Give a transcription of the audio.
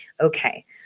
Okay